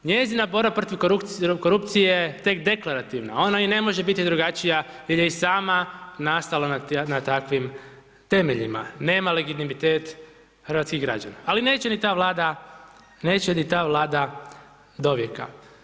Njezina borba protiv korupcije je tek deklarativna, ona i ne može biti drugačija jer je i sama nastala na takvim temeljima, nema legitimitet hrvatskih građana, ali neće ni ta Vlada, neće ni ta Vlada dovijeka.